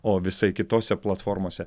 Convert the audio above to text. o visai kitose platformose